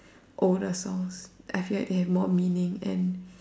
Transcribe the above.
older songs I feel like they have more meaning and